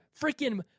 freaking